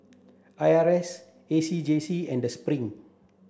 I R A S A C J C and Spring